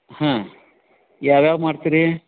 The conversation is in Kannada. ಹಾಂ ಯಾವ ಯಾವ ಮಾಡ್ತೀರಿ